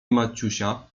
maciusia